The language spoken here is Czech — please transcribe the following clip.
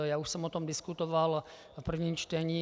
Já už jsem o tom diskutoval v prvním čtení.